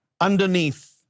underneath